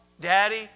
daddy